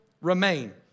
remain